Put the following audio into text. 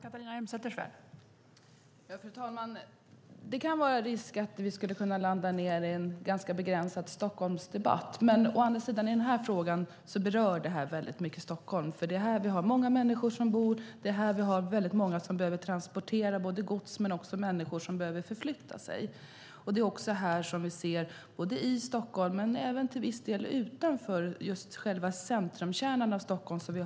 Fru talman! Det finns risk att vi landar i en ganska begränsad Stockholmsdebatt. Å andra sidan berör denna fråga Stockholm väldigt mycket. Det är här vi har många människor som bor. Det är här vi har många som behöver transportera gods, och vi har många människor som behöver förflytta sig. Det är också här vi ser problem - både i Stockholm och till viss del även utanför själva centrumkärnan av Stockholm.